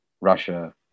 Russia